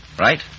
Right